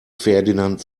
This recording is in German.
ferdinand